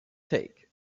take